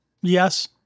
Yes